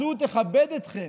הממשלה הזו תכבד אתכם,